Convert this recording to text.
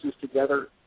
together